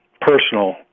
personal